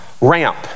ramp